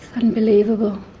unbelievable.